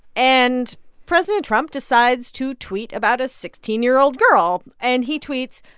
and president trump decides to tweet about a sixteen year old girl. and he tweets,